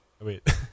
wait